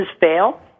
fail